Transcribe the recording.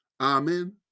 Amen